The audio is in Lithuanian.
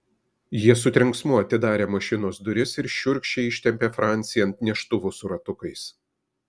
jie su trenksmu atidarė mašinos duris ir šiurkščiai ištempė francį ant neštuvų su ratukais